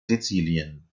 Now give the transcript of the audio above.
sizilien